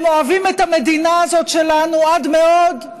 הם אוהבים את המדינה הזאת שלנו עד מאוד,